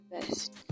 best